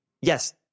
yes